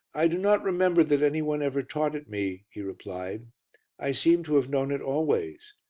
i do not remember that any one ever taught it me, he replied i seem to have known it always.